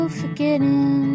forgetting